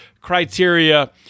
criteria